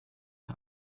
are